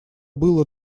было